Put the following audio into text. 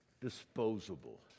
disposable